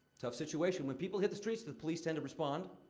tough situation when people hit the streets, the police tend to respond.